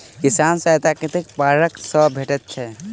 किसान सहायता कतेक पारकर सऽ भेटय छै?